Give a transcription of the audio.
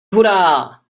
hurá